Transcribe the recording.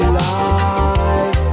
life